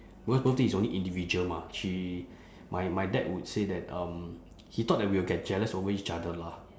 because birthday is only individual mah she my my dad would say that um he thought that we'll get jealous over each other lah